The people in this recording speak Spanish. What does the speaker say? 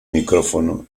micrófono